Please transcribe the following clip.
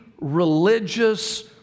religious